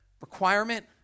requirement